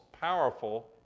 powerful